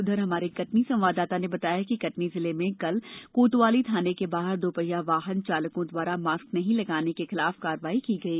उधर हमारे कटनी संवाददाता ने बताया कि कटनी जिले में कल कोतवाली थाने के बाहर दो पहिया वाहन चालकों द्वारा मास्क नहीं लगाने वालों के खिलाफ कार्रवाई शुरु की गई